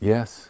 Yes